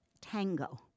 Tango